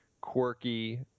quirky